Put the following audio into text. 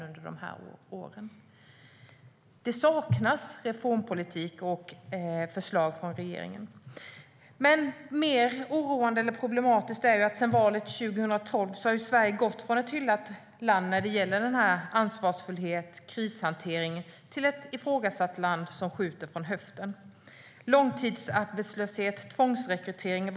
Det saknas reformpolitik och förslag från regeringen. Än mer oroande och problematiskt är att Sverige sedan valet 2012 har gått från ett hyllat land när det gäller ansvarsfullhet och krishantering till ett ifrågasatt land som skjuter från höften. När det gäller långtidsarbetslösheten är det senaste tvångsrekrytering.